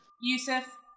Yusuf